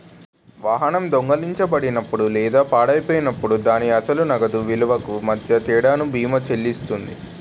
వాహనం దొంగిలించబడినప్పుడు లేదా పాడైపోయినప్పుడు దాని అసలు నగదు విలువకు మధ్య తేడాను బీమా చెల్లిస్తుంది